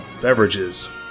beverages